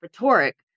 rhetoric